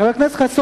חבר הכנסת חסון,